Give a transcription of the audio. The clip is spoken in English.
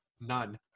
None